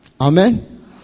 Amen